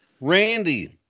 Randy